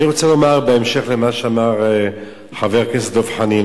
אני רוצה לומר בהמשך לדבריו של חבר הכנסת דב חנין,